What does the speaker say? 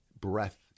breath